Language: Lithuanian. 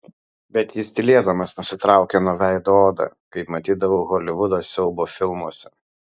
bet jis tylėdamas nusitraukė nuo veido odą kaip matydavau holivudo siaubo filmuose